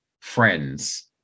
friends